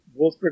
Wolfsburg